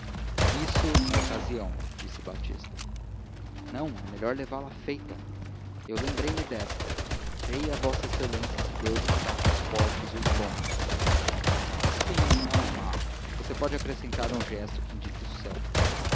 isso na ocasião disse batista não é melhor levá-la feita eu lembrei-me desta creia v exa que deus está com os fortes e os bons sim não é má você pode acrescentar um gesto que indique o céu